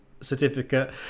certificate